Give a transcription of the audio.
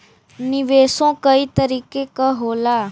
निवेशो कई तरीके क होला